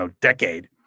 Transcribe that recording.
decade